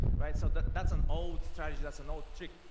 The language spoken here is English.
right? so that's an old strategy that's an old trick,